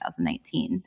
2019